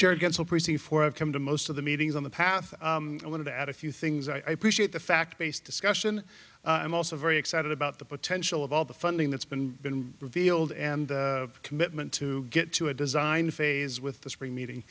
jurgensen percy for i've come to most of the meetings on the path i want to add a few things i push it the fact based discussion i'm also very excited about the potential of all the funding that's been been revealed and commitment to get to a design phase with the spring meeting